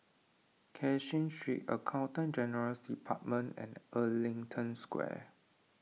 Cashin Street Accountant General's Department and Ellington Square